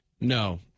No